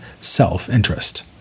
self-interest